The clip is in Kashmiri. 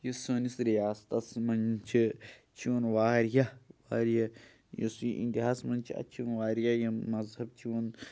یُس سٲنِس رِیاستَس منٛز چھِ چھِ یِوان واریاہ واریاہ یُس یہِ اِنڈیاہَس منٛز چھِ اَتہِ چھِ یِوان واریاہ یِم مذہب چھِ یِوان